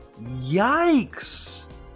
Yikes